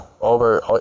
over